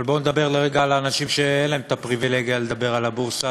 אבל בואו נדבר לרגע על האנשים שאין להם הפריבילגיה לדבר על הבורסה,